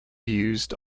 used